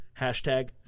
Hashtag